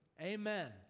Amen